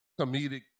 comedic